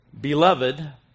Beloved